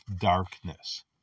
darkness